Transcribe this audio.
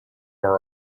are